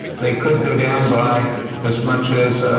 they could go down by as much as